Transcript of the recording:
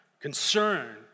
concern